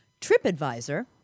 TripAdvisor